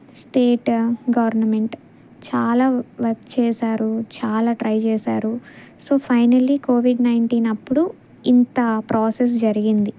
state government చాలా work చేశారు చాలా ట్రై చేశారు సో ఫైనల్లీ కోవిడ్ నైన్టీన్ అప్పుడు ఇంత ప్రాసెస్ జరిగింది